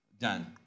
done